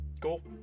Cool